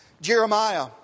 Jeremiah